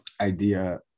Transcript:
idea